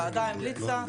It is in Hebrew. הוועדה המליצה,